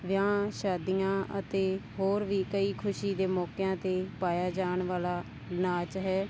ਵਿਆਹ ਸ਼ਾਦੀਆਂ ਅਤੇ ਹੋਰ ਵੀ ਕਈ ਖੁਸ਼ੀ ਦੇ ਮੌਕਿਆਂ 'ਤੇ ਪਾਇਆ ਜਾਣ ਵਾਲਾ ਨਾਚ ਹੈ